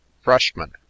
Freshman